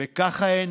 וככה אין